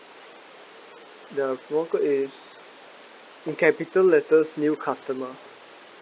the promo code is in capital letters new customer